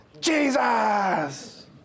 Jesus